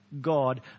God